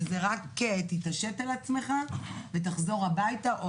שזה רק: תתעשת על עצמך ותחזור הביתה או